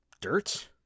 dirt